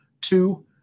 two